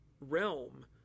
realm